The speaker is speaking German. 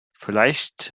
vielleicht